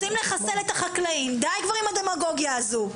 רוצים לחסל את החקלאים די כבר עם הדמגוגיה הזו.